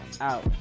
Out